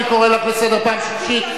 אני קורא אותך לסדר פעם שלישית.